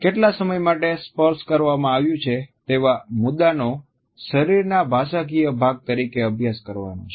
કેટલા સમય માટે સ્પર્શ કરવામાં આવ્યું છે તેવા મુદ્દાનો શરીરના ભાષાકીય ભાગ તરીકે અભ્યાસ કરવાનો છે